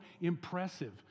impressive